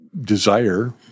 desire